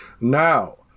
now